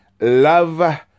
love